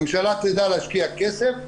הממשלה תדע להשקיע כסף,